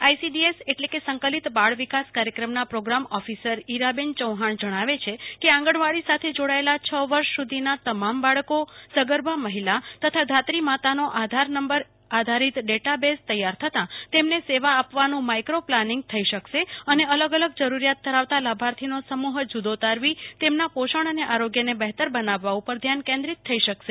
ICDS એટલે કે સંકલીત બાળ વિકાસ કાર્યક્રમના પ્રોગ્રામ ઓફિસર ઈરાબેન ચૌહાણ જણાવે છે કે આંગણવાડી સાથે જોડાયેલ છ વર્ષ સુધીના તમામ બાળકો સગર્ભા મહિલા ધાત્રી માતાનો આધાર નંબર આધારીત ડેટાબેસ તૈયાર થતા તેમને સેવા આપવાનું માઈક્રો પલાનીંગ થઈ શકશે અને અલગઅ લગ જરૂરીયાત ધરાવતા લાભાર્થીનો સમુહ જૂદો તારવી તેના પોષણ અને આરોગ્યને બહેતર બનાવવા પર ધ્યાન કેન્દ્રીત થઈ શકશે